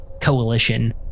coalition